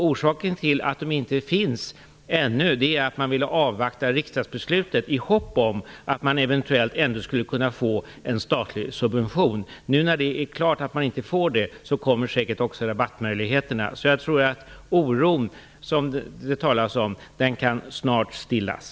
Orsaken till att de inte ännu finns är att man ville avvakta riksdagsbeslutet i hopp om att man eventuellt ändå skulle kunna få en statlig subvention. Nu när det är klart att man inte får det kommer säkert också rabattmöjligheterna. Jag tror att den oro som det talas om snart kan stillas.